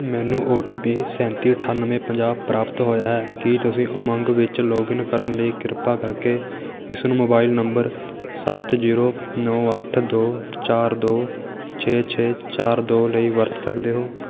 ਮੈਨੂੰ O T P ਸੈਂਤੀ ਅਠਾਨਵੇਂ ਪੰਜਾਹ ਪ੍ਰਾਪਤ ਹੋਇਆ ਹੈ ਕੀ ਤੁਸੀਂ ਉਮੰਗ ਵਿੱਚ ਲੌਗਇਨ ਕਰਨ ਲਈ ਕਿਰਪਾ ਕਰਕੇ ਇਸਨੂੰ ਮੋਬਾਈਲ ਨੰਬਰ ਸੱਤ ਜੀਰੋ ਨੌ ਅੱਠ ਦੋ ਚਾਰ ਦੋ ਛੇ ਛੇ ਚਾਰ ਦੋ ਲਈ ਵਰਤ ਸਕਦੇ ਹੋ